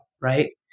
right